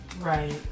Right